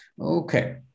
Okay